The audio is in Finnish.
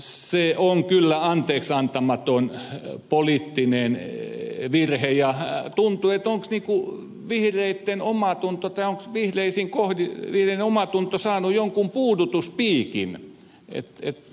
se on kyllä anteeksiantamaton poliittinen virhe ja tuntuu että onko vihreitten omatunto team bileisiin kohde yön omatunto saanut jonkin puudutuspiikin